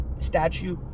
statue